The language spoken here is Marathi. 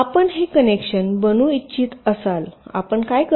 आपण हे कनेक्शन बनवू इच्छित असल्यास आपण काय करता